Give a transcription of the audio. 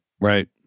Right